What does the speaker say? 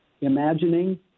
imagining